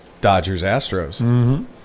Dodgers-Astros